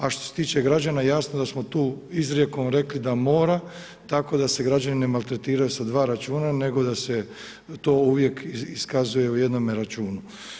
A što se tiče građana, jasno da smo tu izrijekom rekli da mora tako da se građani ne maltretiraju sa dva računa nego da se to uvijek iskazuje u jednome računu.